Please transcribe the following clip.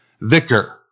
vicar